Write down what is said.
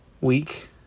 week